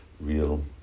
real